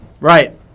Right